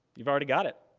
you've already got it.